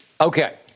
Okay